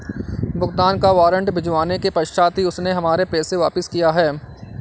भुगतान का वारंट भिजवाने के पश्चात ही उसने हमारे पैसे वापिस किया हैं